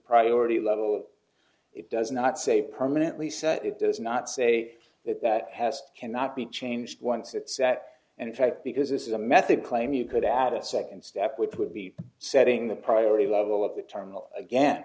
priority level it does not say permanently set it does not say that that has cannot be changed once it sat and in fact because this is a method claim you could add a second step which would be setting the priority level of the terminal again